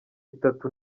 itatu